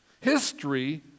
History